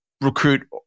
recruit